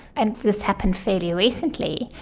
and this happened fairly recently,